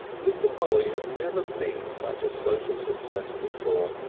mr. polly had never been such a social success before.